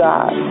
God